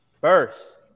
First